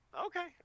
Okay